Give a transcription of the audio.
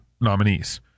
nominees